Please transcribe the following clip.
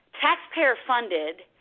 taxpayer-funded